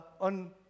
on